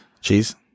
Cheese